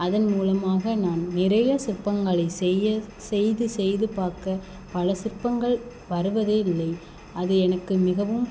அதன் மூலமாக நான் நிறைய சிற்பங்களை செய்ய செய்து செய்து பாக்க பல சிற்பங்கள் வருவதே இல்லை அது எனக்கு மிகவும்